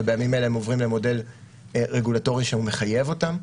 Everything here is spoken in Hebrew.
ובימים אלה הם עוברים למודל רגולטורי שמחייב אותם.